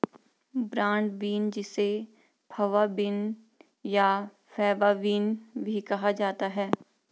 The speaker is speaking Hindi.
ब्रॉड बीन जिसे फवा बीन या फैबा बीन भी कहा जाता है